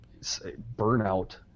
burnout